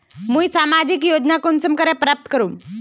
मुई सामाजिक योजना कुंसम करे प्राप्त करूम?